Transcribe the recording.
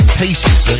pieces